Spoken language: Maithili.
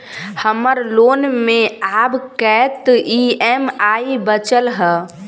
हम्मर लोन मे आब कैत ई.एम.आई बचल ह?